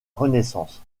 renaissance